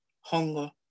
hunger